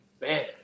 man